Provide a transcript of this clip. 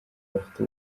bafite